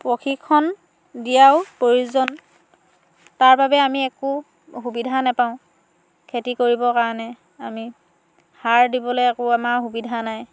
প্ৰশিক্ষণ দিয়াও প্ৰয়োজন তাৰ বাবে আমি একো সুবিধা নেপাওঁ খেতি কৰিব কাৰণে আমি সাৰ দিবলে একো আমাৰ সুবিধা নাই